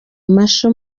masho